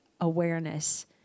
awareness